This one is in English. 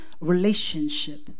relationship